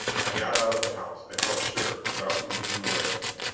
i got out of the house, i felt sure, without him being aware of it.